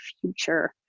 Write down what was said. future